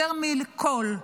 יותר מכול,